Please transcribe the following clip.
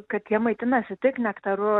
kad jie maitinasi tik nektaru